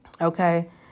Okay